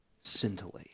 Scintillate